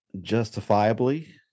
justifiably